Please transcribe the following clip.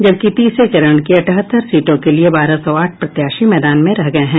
जबकि तीसरे चरण की अठहत्तर सीटों के लिये बारह सौ आठ प्रत्याशी मैदान में रह गये हैं